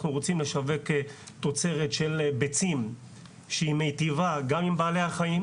אנחנו רוצים לשווק תוצרת של ביצים שהיא מיטיבה גם עם בעלי חיים,